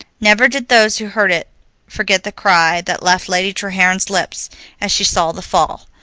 never did those who heard it forget the cry that left lady treherne's lips as she saw the fall.